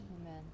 Amen